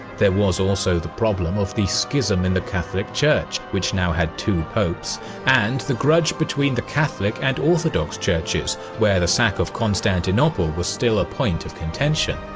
there was also the problem of the schism in the catholic church which now had two popes and the grudge between the catholic and orthodox churches, where the sack of constantinople was still a point of contention.